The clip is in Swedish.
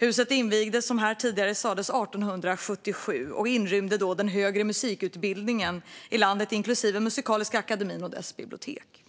Huset invigdes, som sades här tidigare, 1877 och inrymde då den högre musikutbildningen i landet, inklusive Musikaliska Akademien och dess bibliotek.